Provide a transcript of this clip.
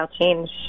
change